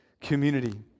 community